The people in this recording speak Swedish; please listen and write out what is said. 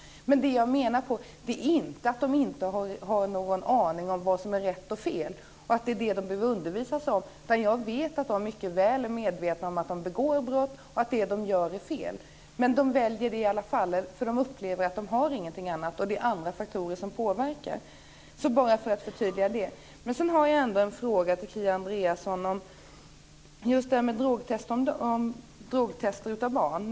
Jag menar inte att de inte har någon aning om vad som är rätt och fel och att det är det som de behöver undervisas om. Jag vet att de är mycket väl medvetna om att de begår brott och att det som de gör är fel. Men de väljer det här i alla fall, eftersom de upplever att de inte har något annat val. Och det är andra faktorer som påverkar. Detta säger jag bara för att jag vill förtydliga det här. Sedan har jag ändå en fråga till Kia Andreasson om detta med drogtest av barn.